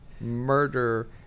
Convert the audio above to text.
Murder